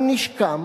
על נשקם,